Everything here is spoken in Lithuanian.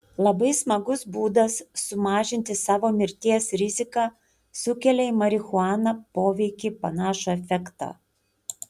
labai smagus būdas sumažinti savo mirties riziką sukelia į marihuaną poveikį panašų efektą